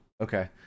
okay